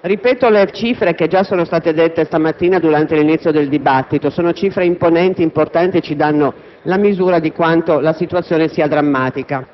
ripeto le cifre che già sono state riferite questa mattina all'inizio del dibattito. Sono cifre imponenti, importanti e ci danno la misura di quanto la situazione sia drammatica.